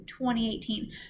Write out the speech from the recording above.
2018